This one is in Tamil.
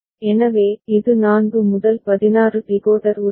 எனவே இது 4 முதல் 16 டிகோடர் உரிமை